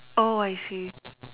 oh I see